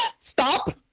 stop